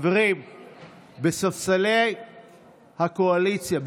חברים בספסלי הקואליציה,